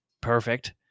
perfect